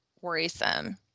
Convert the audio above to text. worrisome